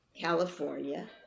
California